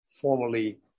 formally